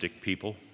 people